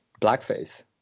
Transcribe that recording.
blackface